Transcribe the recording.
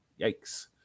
Yikes